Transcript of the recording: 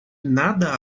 nada